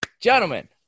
gentlemen